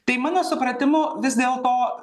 tai mano supratimu vis dėlto